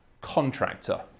contractor